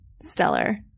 stellar